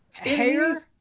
hair